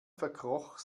verkroch